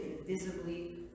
invisibly